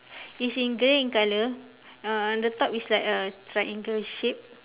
it's in grey in color uh on the top it's like a triangle shape